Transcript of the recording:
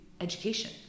education